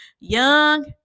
young